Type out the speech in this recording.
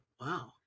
Wow